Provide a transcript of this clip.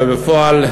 אבל בפועל,